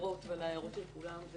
ההערות לכולם.